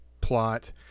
plot